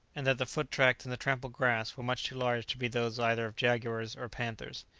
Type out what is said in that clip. and that the foot-tracks in the trampled grass were much too large to be those either of jaguars or panthers.